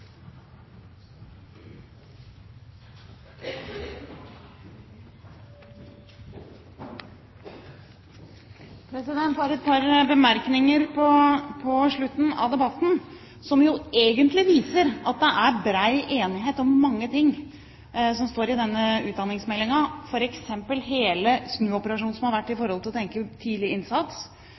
et par bemerkninger på slutten av debatten, som jo egentlig viser at det er bred enighet om mange ting som står i denne utdanningsmeldingen – f.eks. hele snuoperasjonen som har vært når det gjelder å tenke tidlig innsats,